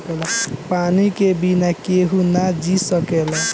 पानी के बिना केहू ना जी सकेला